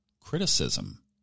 criticism